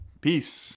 peace